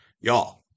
y'all